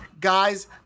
guys